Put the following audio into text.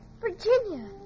Virginia